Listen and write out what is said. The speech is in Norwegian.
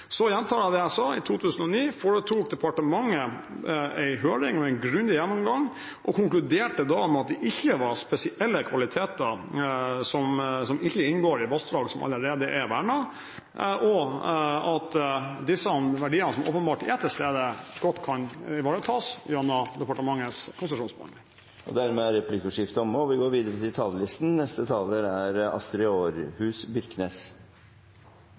Så gjentar jeg det jeg sa: I 2009 hadde departementet en høring og en grundig gjennomgang og konkluderte da med at det ikke var spesielle kvaliteter som ikke inngår i vassdrag som allerede er vernet, og at disse verdiene, som åpenbart er til stede, godt kan ivaretas gjennom departementets konsesjonsbehandling. Replikkordskiftet er dermed omme. De talerne som heretter får ordet, har en taletid på 3 minutter. Øystesevassdraget er